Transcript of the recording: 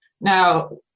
Now